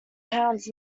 pounds